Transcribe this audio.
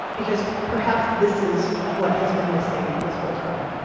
because perhaps this is what has been missing this whole time.